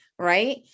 Right